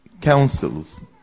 Councils